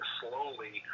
slowly